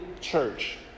church